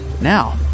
Now